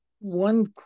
One